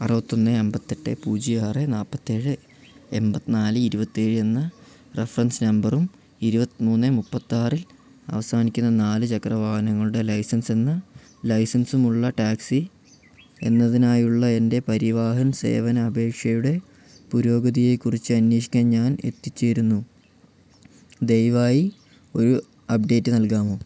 അറുപത്തൊന്ന് അമ്പത്തെട്ട് പൂജ്യം ആറ് നാല്പത്തിയേഴ് എമ്പത്തിനാല് ഇരുപത്തേഴ് എന്ന റെഫ്രൻസ് നമ്പറും ഇരുപത്തിമൂന്ന് മുപ്പത്താറിൽ അവസാനിക്കുന്ന നാലുചക്ര വാഹനങ്ങളുടെ ലൈസെൻസ് എന്ന് ലൈസെൻസുമുള്ള ടാക്സി എന്നതിനായുള്ള എൻറ്റെ പരിവാഹൻ സേവനാപേക്ഷയുടെ പുരോഗതിയെക്കുറിച്ച് അന്വേഷിക്കാൻ ഞാൻ എത്തിച്ചേരുന്നു ദയവായി ഒരു അപ്ഡേറ്റ് നൽകാമോ